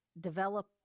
develop